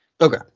Okay